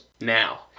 Now